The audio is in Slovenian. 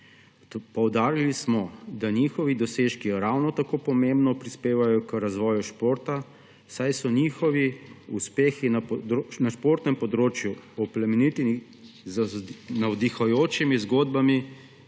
Poudarili smo, da njihovi dosežki ravno tako pomembno prispevajo k razvoju športa, saj so njihovi uspehi na športnem področju oplemeniteni z navdihujočimi zgodbami,